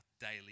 daily